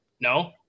No